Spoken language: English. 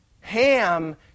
Ham